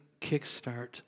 kickstart